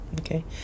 Okay